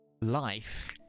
life